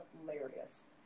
hilarious